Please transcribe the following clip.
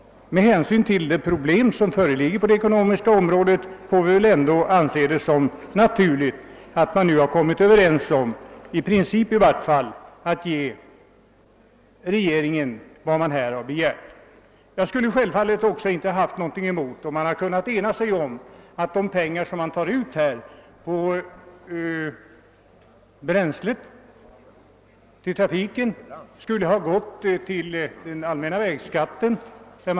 Med hänsyn till de problem som föreligger på det ekonomiska området får vi väl ändå anse det naturligt att nu komma överens — i varje fall i princip — om att ge regeringen vad den har begärt. Jag skulle givetvis inte ha haft något emot en enighet om att de pengar, som tas ut genom höjningen av skatten på motorfordonsbränsle, skulle destineras till allmänna vägändamål.